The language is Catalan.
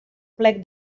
plec